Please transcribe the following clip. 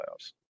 playoffs